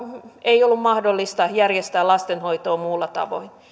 ei ollut mahdollista järjestää lastenhoitoa muulla tavoin